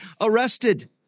arrested